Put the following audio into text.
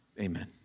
Amen